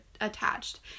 attached